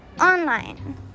online